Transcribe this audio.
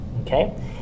Okay